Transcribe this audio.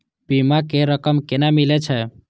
बीमा के रकम केना मिले छै?